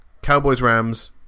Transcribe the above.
Cowboys-Rams